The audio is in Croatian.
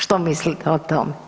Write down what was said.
Što mislite o tome?